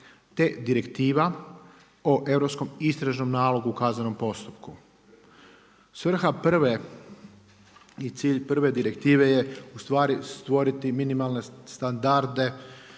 te Direktiva o Europskom istražnom nalogu u kaznenom postupku. Svrha prve i cilj prve direktive je stvoriti minimalne standarde